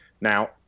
now